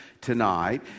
tonight